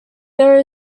there